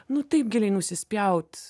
nu taip giliai nusispjaut